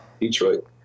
Detroit